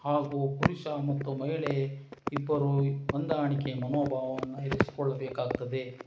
ಹಾಗೂ ಪುರುಷ ಮತ್ತು ಮಹಿಳೆ ಇಬ್ಬರೂ ಹೊಂದಾಣಿಕೆ ಮನೋಭಾವವನ್ನ ಇರಿಸಿಕೊಳ್ಳಬೇಕಾಗ್ತದೆ